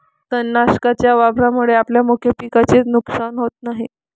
तणनाशकाच्या वापरामुळे आपल्या मुख्य पिकाचे नुकसान होत नाही